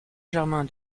germain